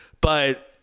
but-